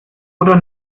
oder